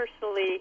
personally